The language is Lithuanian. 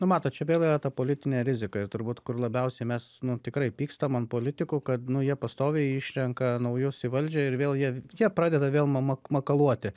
nu matot čia vėl yra ta politinė rizika ir turbūt kur labiausiai mes nu tikrai pykstam ant politikų kad nu jie pastoviai išrenka naujus į valdžią ir vėl jie jie pradeda vėl mama makaluoti